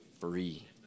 free